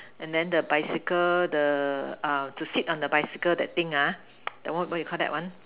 and then the bicycle the err to sit on the bicycle that thing ah the what what you Call that one